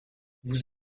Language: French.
vous